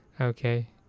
okay